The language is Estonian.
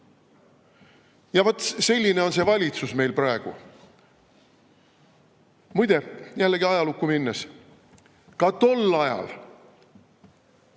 Vot selline on see valitsus meil praegu. Muide, jällegi ajalukku minnes, ka tol ajal